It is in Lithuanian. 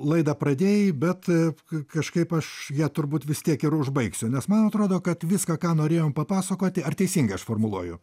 laidą pradėjai bet kažkaip aš ją turbūt vis tiek ir užbaigsiu nes man atrodo kad viską ką norėjom papasakoti ar teisingai aš formuluoju